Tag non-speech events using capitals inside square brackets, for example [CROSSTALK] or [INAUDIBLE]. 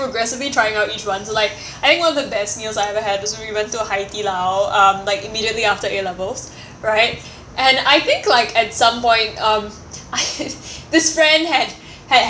aggressively trying out each one's like I think one of the best meals I ever had was when we went to a hai di lao um like immediately after a levels right and I think like at some point um [LAUGHS] this friend had had